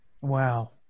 Wow